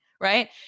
right